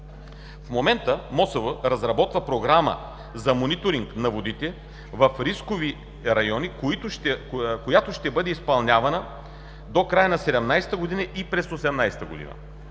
В момента МОСВ разработва програма за мониторинг на водите в рисковите райони, която ще бъде изпълнявана до края на 2017 и през 2018 г.;